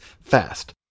fast